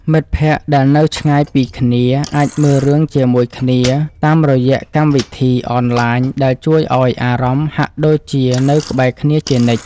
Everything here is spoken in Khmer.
មិត្តភក្តិដែលនៅឆ្ងាយពីគ្នាអាចមើលរឿងជាមួយគ្នាតាមរយៈកម្មវិធីអនឡាញដែលជួយឱ្យអារម្មណ៍ហាក់ដូចជានៅក្បែរគ្នាជានិច្ច។